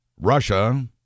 Russia